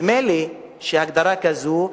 נדמה לי שהגדרה כזאת,